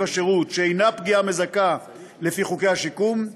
השירות שאינה פגיעה מזכה לפי חוקי השיקום,